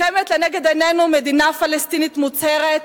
מוקמת לנגד עינינו מדינה פלסטינית מוצהרת,